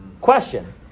question